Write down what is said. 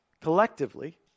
collectively